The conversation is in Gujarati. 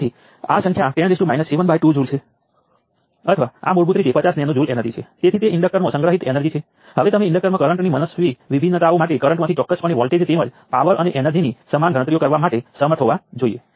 તેથી આ તે છે જેનો આપણે ઓવર સર્કિટને સોલ્વ કરવા માટે ઉપયોગ કરવો પડશે